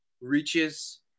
reaches